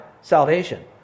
salvation